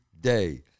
day